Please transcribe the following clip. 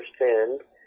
understand